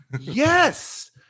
Yes